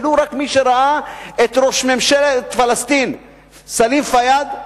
ולו רק מי שראה את ראש ממשלת פלסטין סלאם פיאד,